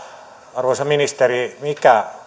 arvoisa ministeri mikä